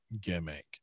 gimmick